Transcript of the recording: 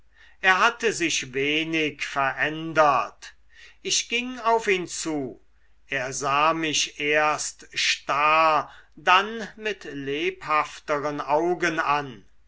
er hatte sich wenig verändert ich ging auf ihn zu er sah mich erst starr dann mit lebhafteren augen an